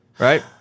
Right